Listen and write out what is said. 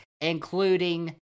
including